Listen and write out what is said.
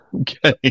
okay